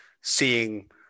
seeing